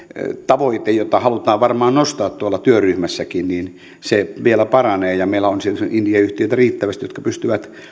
tavoite jota halutaan varmaan nostaa tuolla työryhmässäkin vielä paranee ja meillä on riittävästi indie yhtiöitä jotka pystyvät